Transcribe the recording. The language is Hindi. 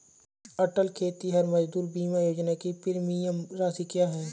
अटल खेतिहर मजदूर बीमा योजना की प्रीमियम राशि क्या है?